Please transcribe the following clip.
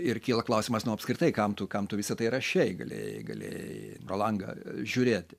ir kyla klausimas nu apskritai kam tu kam tu visa tai rašei galėjai galėjai pro langą žiūrėt